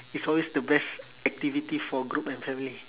it's always the best activity for group and family